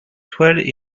toiles